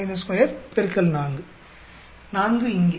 452 X 4 4 இங்கே